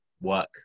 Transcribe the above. work